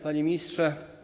Panie Ministrze!